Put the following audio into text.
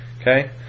Okay